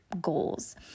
goals